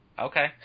okay